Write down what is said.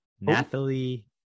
Nathalie